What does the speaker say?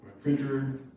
printer